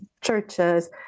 churches